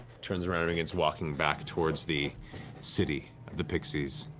turns around and begins walking back toward the city of the pixies.